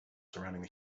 surrounding